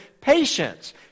patience